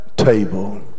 table